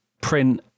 print